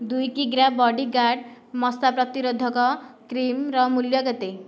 ଦୁଇ କିଗ୍ରା ବଡିଗାର୍ଡ ମଶା ପ୍ରତିରୋଧକ କ୍ରିମର ମୂଲ୍ୟ କେତେ